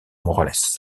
morales